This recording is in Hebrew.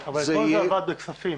--- אבל אתמול זה עבד בוועדת הכספים.